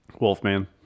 Wolfman